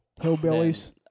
Hillbillies